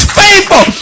faithful